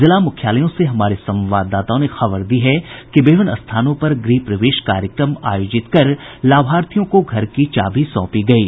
जिला मुख्यालयों से हमारे संवाददाताओं ने खबर दी है कि विभिन्न स्थानों पर गृह प्रवेश कार्यक्रम आयोजित कर लाभार्थियों को घर की चाभी सौंपी गयी